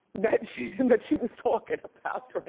that she that she was talking about.